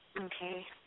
Okay